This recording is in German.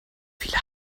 viele